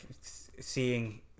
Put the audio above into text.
seeing